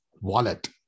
wallet